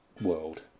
world